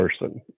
person